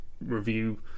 review